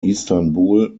istanbul